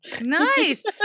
Nice